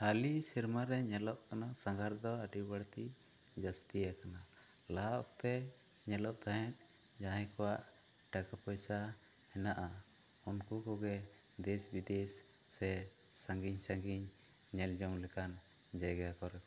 ᱦᱟᱹᱞᱤ ᱥᱮᱨᱢᱟ ᱨᱮ ᱧᱮᱞᱚᱜ ᱠᱟᱱᱟ ᱥᱟᱸᱜᱟᱨ ᱫᱚ ᱟᱹᱰᱤ ᱵᱟᱹᱲᱛᱤ ᱡᱟᱹᱥᱛᱤ ᱟᱠᱟᱱᱟ ᱞᱟᱦᱟ ᱚᱠᱛᱮ ᱧᱮᱞᱚᱜ ᱛᱟᱦᱮᱸ ᱡᱟᱦᱟᱸᱭ ᱠᱚᱣᱟᱜ ᱴᱟᱠᱟ ᱯᱟᱭᱥᱟ ᱦᱮᱱᱟᱜᱼᱟ ᱩᱱᱠᱩ ᱠᱚ ᱜᱮ ᱫᱮᱥ ᱵᱤᱫᱮᱥ ᱥᱮ ᱥᱟᱺᱜᱤᱧ ᱥᱟᱺᱜᱤᱧ ᱧᱮᱞ ᱡᱚᱝ ᱞᱮᱠᱟᱱ ᱡᱟᱭᱜᱟ ᱠᱚᱨᱮ ᱠᱚ